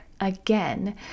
again